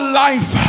life